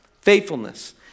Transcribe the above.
Faithfulness